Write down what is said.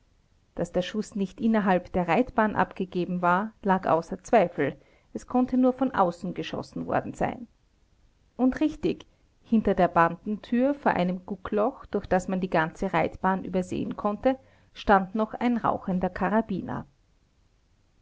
daß der schuß nicht innerhalb der reitbahn abgegeben war lag außer zweifel es konnte nur von außen geschossen worden sein und richtig hinter der bandentür vor einem guckloch durch das man die ganze reitbahn übersehen konnte stand ein noch rauchender karabiner